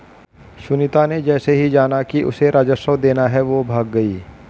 सुनीता ने जैसे ही जाना कि उसे राजस्व देना है वो भाग गई